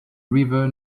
river